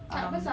um